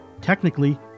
Technically